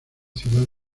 ciudad